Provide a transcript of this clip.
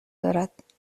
دارد